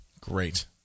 great